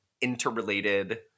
interrelated